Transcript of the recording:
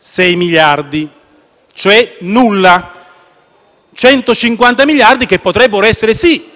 6 miliardi, cioè nulla. I 150 miliardi potrebbero essere sì